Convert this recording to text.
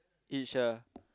each ah